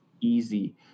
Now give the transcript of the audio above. easy